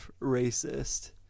racist